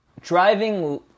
driving